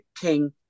king